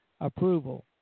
approval